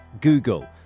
Google